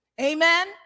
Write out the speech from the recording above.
Amen